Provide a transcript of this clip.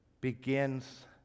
begins